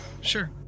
Sure